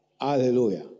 Hallelujah